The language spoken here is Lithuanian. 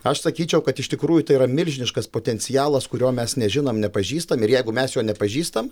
aš sakyčiau kad iš tikrųjų tai yra milžiniškas potencialas kurio mes nežinom nepažįstam ir jeigu mes jo nepažįstam